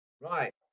Right